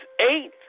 eight